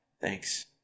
Thanks